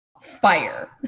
fire